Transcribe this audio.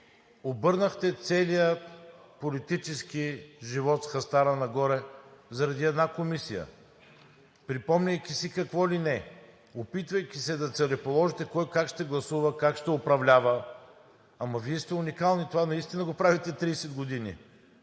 Обърнахте целия политически живот с хастара нагоре заради една комисия, припомняйки си какво ли не, опитвайки се да целеположите кой как ще гласува, как ще управлява. Ама Вие сте уникални – това наистина го правите 30 години.